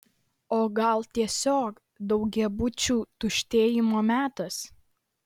o gal tiesiog daugiabučių tuštėjimo metas